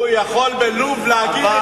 הוא יכול בלוב להגיד את זה,